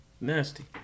nasty